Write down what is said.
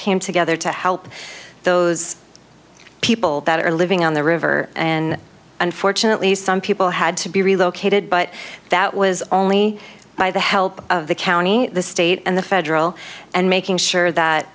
came together to help those people that are living on the river and unfortunately some people had to be relocated but that was only by the help of the county the state and the federal and making sure that